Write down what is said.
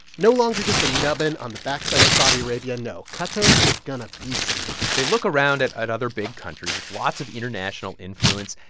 no longer just a nubbin on the backside of saudi arabia. no, qatar is going ah to somebody they look around at at other big countries with lots of international influence,